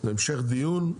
המשך דיון.